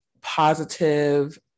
positive